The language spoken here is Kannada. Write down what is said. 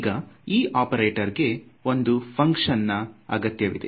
ಈಗ ಈ ಒಪೆರಟಾರಗೆ ಒಂದು ಫುನಕ್ಷನ್ ನಾ ಅಗತ್ಯವಿದೆ